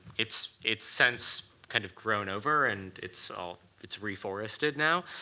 it's it's since kind of grown over and it's ah it's reforested now.